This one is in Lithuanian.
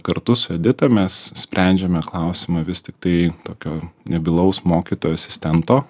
kartu su edita mes sprendžiame klausimą vis tiktai tokio nebylaus mokytojo asistento